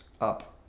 up